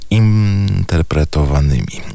interpretowanymi